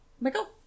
Michael